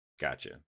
Gotcha